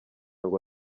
ngo